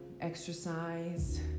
exercise